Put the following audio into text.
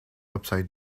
upside